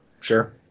Sure